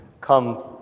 come